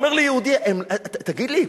אומר לי יהודי: תגיד לי,